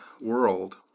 world